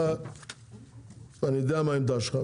אתה אני יודע מה העמדה שלך,